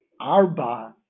Arba